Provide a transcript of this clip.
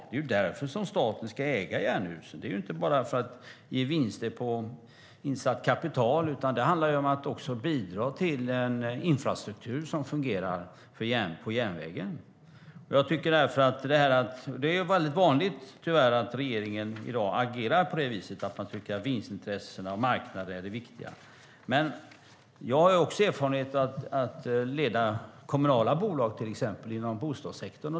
Det är ju därför som staten ska äga Jernhusen - inte bara för att ge vinster på insatt kapital. Det handlar också om att bidra till en infrastruktur på järnvägen som fungerar. Det är tyvärr vanligt att regeringen agerar på det viset och tycker att vinstintresset och marknaden är det viktiga. Jag har erfarenhet av att leda kommunala bolag inom bostadssektorn.